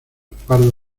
pardo